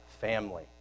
family